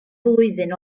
flwyddyn